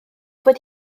bod